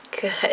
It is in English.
good